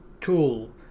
tool